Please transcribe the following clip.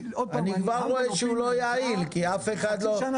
אני כבר רואה שהוא לא יעיל כי אף אחד